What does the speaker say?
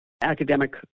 academic